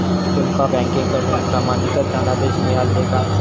तुमका बँकेकडून प्रमाणितच धनादेश मिळाल्ले काय?